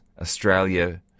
Australia